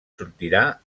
sortirà